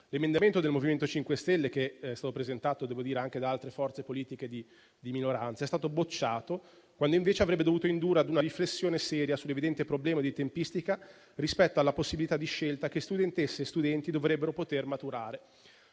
approfondimenti il tema, presentato anche da altre forze politiche di minoranza, è stato bocciato, quando invece avrebbe dovuto indurre a una riflessione seria sull'evidente problema di tempistica rispetto alla possibilità di scelta che studentesse e studenti dovrebbero poter maturare.